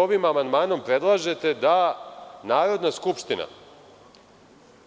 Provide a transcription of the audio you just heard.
Ovim amandmanom predlažete da Narodna skupština